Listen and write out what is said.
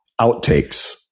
outtakes